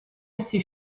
essi